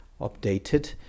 updated